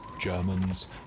Germans